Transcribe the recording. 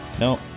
No